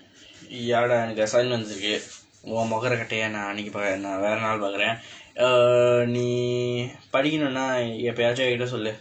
ya dah எனக்கு:enakku assignments இருக்கு உன் முகத்தை நான் வேற நாள் பார்க்கிறேன்:irukku un mukaththai naan veera naal paarkkireen uh நீ படிக்குனும்னா எப்போயாவது என்னிடம் சொல்லு:nii padikkunumnaa eppooyaavathu ennidam sollu